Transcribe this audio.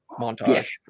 montage